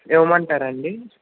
ఇవ్వమంటారా అండి